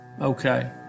Okay